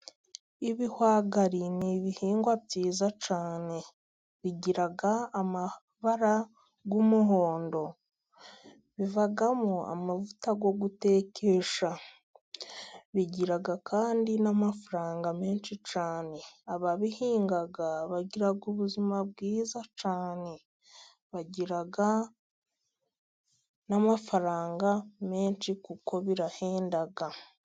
Ibihwagari ni ibihingwa byiza cyane. Bigira amabara y'umuhondo. Bivamo amavuta yo gutekesha. Bigira kandi n'amafaranga menshi cyane. Ababihinga bagira ubuzima bwiza cyane. Bagira n'amafaranga menshi, kuko birahenda.